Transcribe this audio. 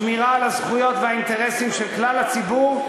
שמירה על הזכויות והאינטרסים של כלל הציבור,